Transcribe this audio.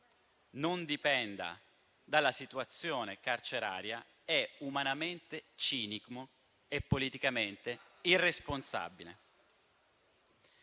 non dipenda dalla situazione carceraria è umanamente cinico e politicamente irresponsabile.